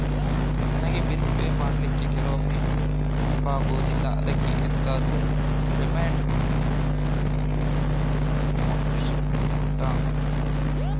ನನಗೆ bill pay ಮಾಡ್ಲಿಕ್ಕೆ ಕೆಲವೊಮ್ಮೆ ನೆನಪಾಗುದಿಲ್ಲ ಅದ್ಕೆ ಎಂತಾದ್ರೂ ರಿಮೈಂಡ್ ಒಪ್ಶನ್ ಉಂಟಾ